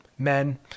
Men